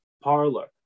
parlor